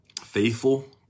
faithful